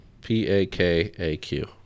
P-A-K-A-Q